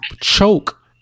choke